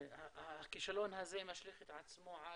הכישלון הזה משליך על